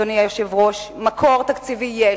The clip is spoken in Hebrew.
אדוני היושב-ראש: מקור תקציבי יש.